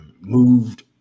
moved